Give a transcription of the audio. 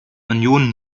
union